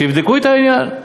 שיבדקו את העניין.